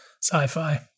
sci-fi